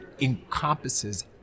encompasses